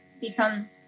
become